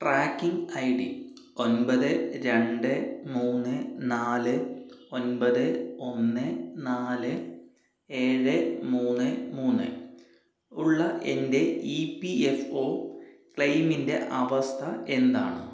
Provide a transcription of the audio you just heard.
tracking I D ഒൻപത് രണ്ട് മൂന്ന് നാല് ഒൻപത് ഒന്ന് നാല് ഏഴ് മൂന്ന് മൂന്ന് ഉള്ള എൻ്റെ ഇ പി എഫ് ഒ ക്ലെയിമിൻ്റെ അവസ്ഥ എന്താണ്